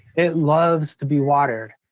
it loves to be watered.